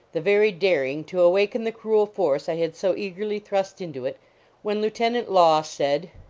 the very daring to awaken the cruel force i had so eagerly thrust into it when lieutenant law said,